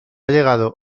llegado